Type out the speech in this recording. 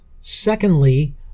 Secondly